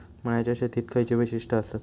मळ्याच्या शेतीची खयची वैशिष्ठ आसत?